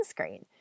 sunscreen